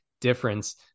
difference